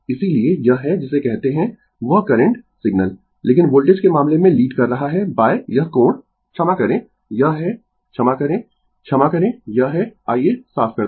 इसीलिये यह है जिसे कहते है वह करंट सिग्नल लेकिन वोल्टेज के मामले में लीड कर रहा है यह कोण ϕ क्षमा करें यह है क्षमा करें क्षमा करें यह है आइये साफ कर दें